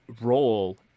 role